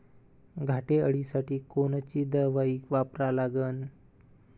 घाटे अळी साठी कोनची दवाई वापरा लागन?